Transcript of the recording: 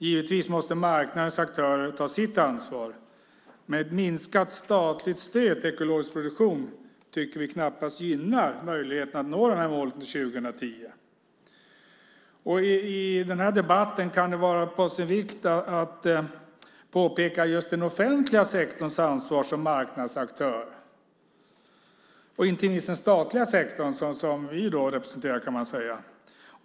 Givetvis måste marknadens aktörer ta sitt ansvar. Men ett minskat statligt stöd till ekologisk produktion tycker vi knappast gynnar möjligheterna att nå målet till 2010. Det kan vara på sin plats att i den här debatten peka på den offentliga sektorns ansvar som marknadsaktör - inte minst den statliga sektorn som vi representerar.